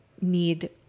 need